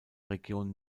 region